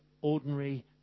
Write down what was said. ordinary